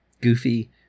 Goofy